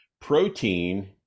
protein